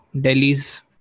Delhi's